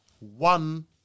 one